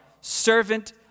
servant